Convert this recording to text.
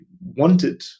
wanted